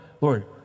Lord